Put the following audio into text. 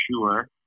sure